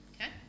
okay